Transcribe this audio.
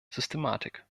systematik